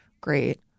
great